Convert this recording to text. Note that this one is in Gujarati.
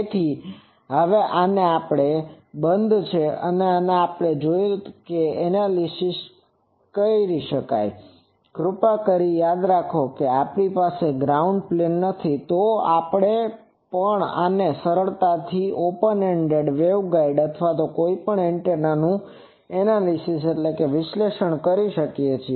તેથી આ હવે આ બંધ છે અને હવે આપણે તેનું એનાલિસીસanalysisવિશ્લેષણ પણ કરી શકીએ કૃપા કરીને યાદ રાખો કે જો આપણી પાસે ગ્રાઉન્ડ પ્લેન નથી તો પણ આપણે સરળતાથી ઓપન એન્ડેડ વેવગાઇડ અથવા કોઈપણ એન્ટેનાનું એનાલિસીસanalysisવિશ્લેષણ કરી શકીએ છીએ